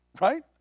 right